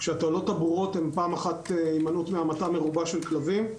התועלות הברורות הם: הימנעות מהמתה מרובה של כלבים,